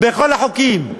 בכל החוקים.